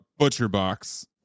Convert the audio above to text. ButcherBox